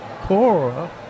Cora